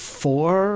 four